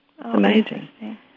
amazing